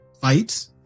fight